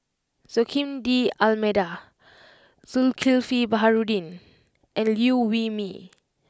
Joaquim D'almeida Zulkifli Baharudin and Liew Wee Mee